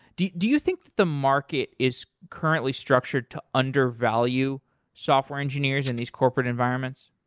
do you do you think the market is currently structured to undervalue software engineers in these corporate environments?